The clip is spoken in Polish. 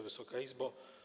Wysoka Izbo!